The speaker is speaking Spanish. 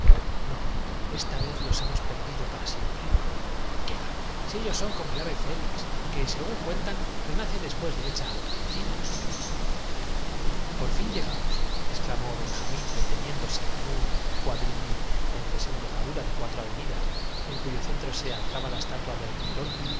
no esta vez los hemos perdido para siempre i quiá si ellos son como el ave félix que según cuentan renace después de hecha cecina por fin llegamosexclamó benjamín deteniéndose en un quadrivium ó desembocadura de cuatro aveni das en cuyo centro se alzaba la estatua de nerón